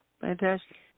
Fantastic